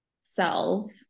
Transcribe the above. self